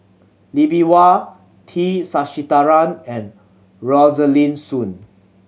Lee Bee Wah T Sasitharan and Rosaline Soon